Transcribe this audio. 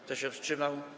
Kto się wstrzymał?